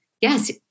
yes